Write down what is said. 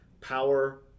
Power